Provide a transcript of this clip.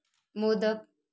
modak